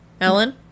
Ellen